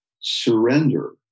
surrender